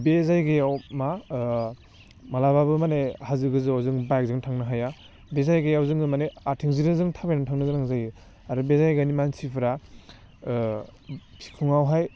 बे जायगायाव मा मालाबाबो माने हाजो गोजौवाव जों बाइकजों थांनो हाया बे जायगायाव जोङो माने आथिंज्रोजों थाबायना थांनो गोनां जायो आरो बे जायगानि मानसिफ्रा बिखुङावहाय